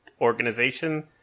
organization